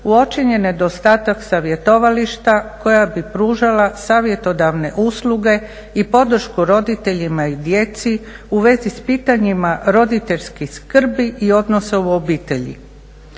uočen je nedostatak savjetovališta koja bi pružala savjetodavne usluge i podršku roditeljima i djeci u vezi s pitanjima roditeljske skrbi i odnosa u obitelji.